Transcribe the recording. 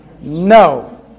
No